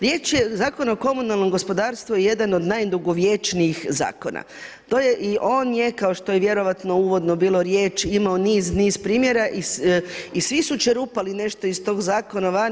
Riječ je o Zakonu o komunalnom gospodarstvu jedan od najdugovječnijih zakona, to je i on je kao što je vjerojatno uvodno bilo riječ imao niz, niz primjera i svi su čerupali nešto iz tog zakona van.